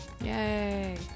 Yay